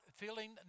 feeling